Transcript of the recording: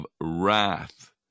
wrath